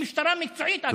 היא משטרה מקצועית,